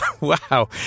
wow